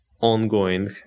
ongoing